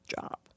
job